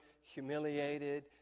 humiliated